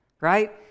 right